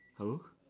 hello